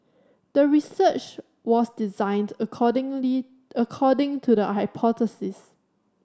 the research was designed accordingly according to the hypothesis